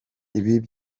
ibi